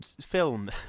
film